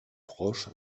proches